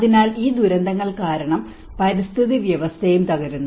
അതിനാൽ ഈ ദുരന്തങ്ങൾ കാരണം പരിസ്ഥിതി വ്യവസ്ഥയും തകരുന്നു